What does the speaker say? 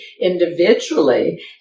individually